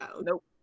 Nope